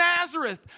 Nazareth